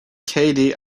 katie